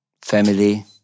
family